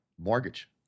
mortgage